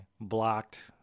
blocked